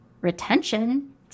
retention